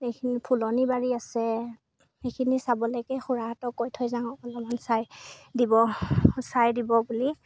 এইখিনি ফুলনি বাৰী আছে সেইখিনি চাবলৈকে খুৰাহঁতকৈ থৈ যাওঁ অলপমান চাই দিব চাই দিব বুলি